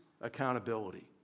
accountability